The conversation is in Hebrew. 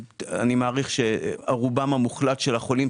אני מעריך שה רובם המוחלט של החולים,